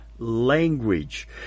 Language